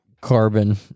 carbon